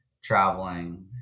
traveling